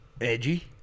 edgy